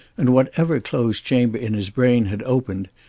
and whatever closed chamber in his brain had opened,